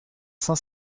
saint